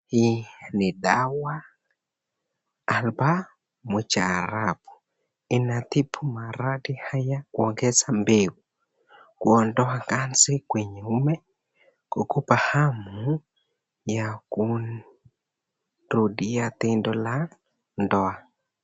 Hii ni dawa Albaa Mujarrabu. Inatibu maradi haya kuongeza mbegu. Kuondoa kanzi kwenye mume, kukupa hamu ya kumrudia tendo la ndoa.